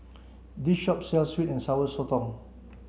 this shop sells sweet and sour sotong